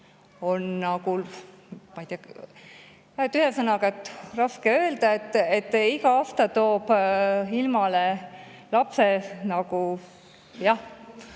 nagu – ma ei tea, ühesõnaga, raske öelda –, iga aasta toob ilmale lapse nagu … Jah,